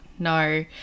no